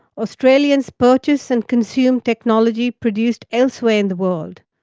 australians purchase and consume technology produced elsewhere in the world.